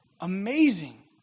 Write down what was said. amazing